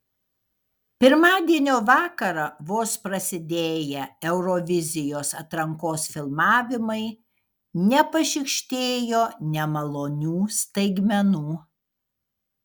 pirmadienio vakarą vos prasidėję eurovizijos atrankos filmavimai nepašykštėjo nemalonių staigmenų